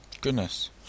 Goodness